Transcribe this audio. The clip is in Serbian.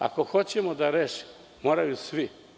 Ako hoćemo da rešimo, moraju svi.